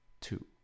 two